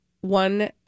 One